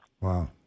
Wow